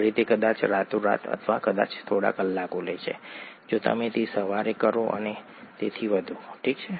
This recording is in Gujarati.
ઘરે તે કદાચ રાતોરાત અથવા કદાચ થોડા કલાકો લે છે જો તમે તે સવારે કરો અને તેથી વધુ ઠીક છે